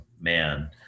man